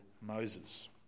Moses